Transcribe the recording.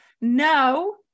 no